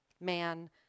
man